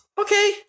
okay